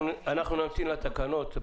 אנחנו נמתין לתקנות.